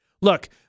Look